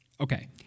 Okay